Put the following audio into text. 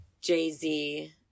Jay-Z